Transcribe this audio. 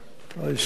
ההסתייגות